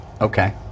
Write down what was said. Okay